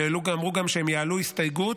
וגם אמרו שהם יעלו הסתייגות,